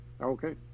Okay